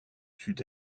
sud